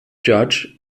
judge